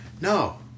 No